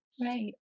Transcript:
Right